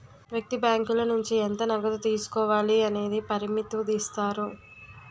వ్యక్తి బ్యాంకుల నుంచి ఎంత నగదు తీసుకోవాలి అనేది పరిమితుదిస్తారు